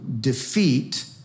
defeat